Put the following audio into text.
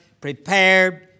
prepared